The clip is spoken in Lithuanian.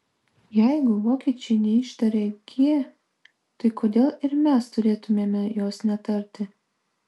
jeigu vokiečiai neištarė g tai kodėl ir mes turėtumėme jos netarti